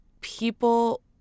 people